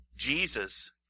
Jesus